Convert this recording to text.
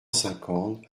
cinquante